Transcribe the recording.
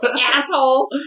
Asshole